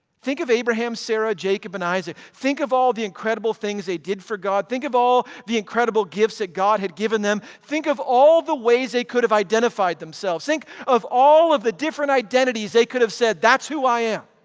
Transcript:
think of abraham, sarah, jacob, and isaac. think of all the incredible things they did for god. think of all the incredible gifts that god had given them. think of all the ways they could have identified themselves. think of all of the different identities they could have said that's who i am,